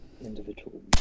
individual